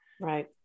Right